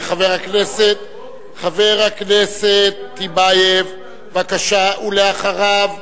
חבר הכנסת טיבייב, בבקשה, ואחריו,